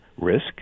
risk